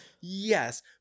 Yes